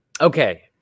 Okay